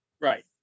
right